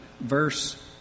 verse